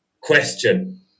Question